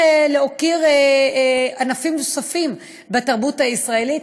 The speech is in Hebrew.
להוקיר ענפים נוספים בתרבות הישראלית.